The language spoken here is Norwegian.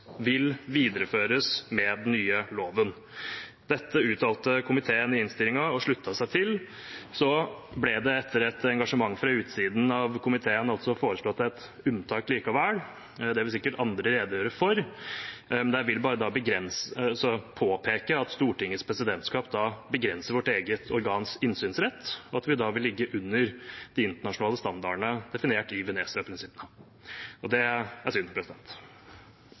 vil videreføres med den nye loven. Dette uttalte komiteen og sluttet seg til i innstillingen. Så ble det, etter et engasjement fra utsiden av komiteen, altså foreslått et unntak likevel. Det vil sikkert andre redegjøre for, men jeg vil bare påpeke at Stortingets presidentskap da begrenser vårt eget organs innsynsrett, og at vi da vil ligge under de internasjonale standardene definert i Venezia-prinsippene. Det er synd.